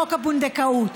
חוק הפונדקאות,